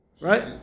Right